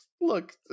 Look